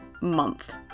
month